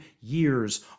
years